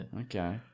Okay